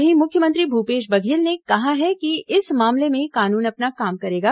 वहीं मुख्यमंत्री भूपेश बघेल ने कहा है कि इस मामले में कानून अपना काम करेगा